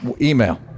Email